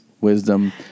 wisdom